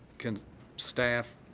can staff